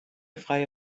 freie